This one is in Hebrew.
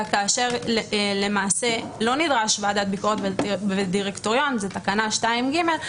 וכאשר למעשה לא נדרש ועדת ביקורת ודירקטוריון בתקנה 2ג,